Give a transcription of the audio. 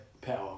Power